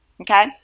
Okay